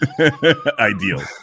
ideal